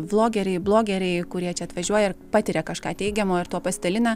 vlogeriai blogeriai kurie čia atvažiuoja ir patiria kažką teigiamo ir tuo pasidalina